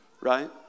right